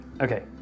Okay